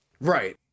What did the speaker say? Right